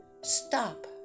stop